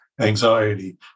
anxiety